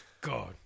God